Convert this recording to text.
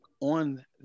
on